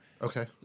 Okay